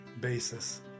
basis